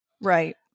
Right